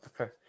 Okay